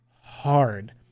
hard